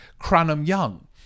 Cranham-Young